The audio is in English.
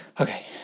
okay